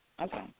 Okay